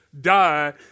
die